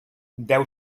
deu